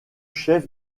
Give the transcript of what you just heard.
chef